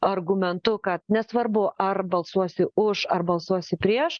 argumentu kad nesvarbu ar balsuosi už ar balsuosi prieš